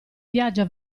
viaggia